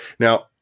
Now